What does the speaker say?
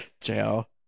jail